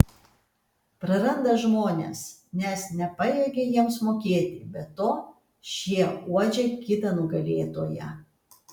praranda žmones nes nepajėgia jiems mokėti be to šie uodžia kitą nugalėtoją